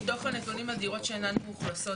מתוך הנתונים על דירות שאינן מאוכלסות,